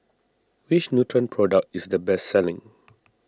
which Nutren product is the best selling